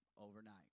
overnight